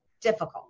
difficult